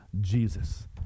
Jesus